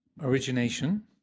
Origination